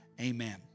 Amen